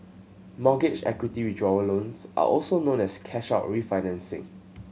mortgage equity withdrawal loans are also known as cash out refinancing